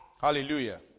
Hallelujah